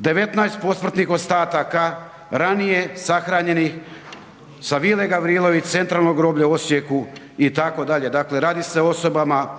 19 posmrtnih ostataka ranije sahranjenih sa Vile Gavrilović, Centralnog groblja u Osijeku itd., dakle radi se o osobama